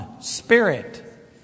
Spirit